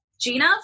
Gina